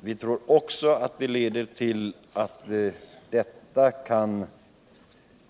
Vi tror också att det kan